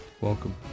welcome